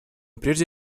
прежде